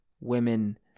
Women